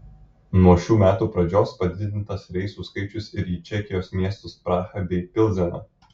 nuo šių metų pradžios padidintas reisų skaičius ir į čekijos miestus prahą bei pilzeną